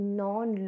non